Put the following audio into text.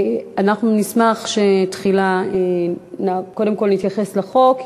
אנחנו נשמח שקודם כול נתייחס לחוק.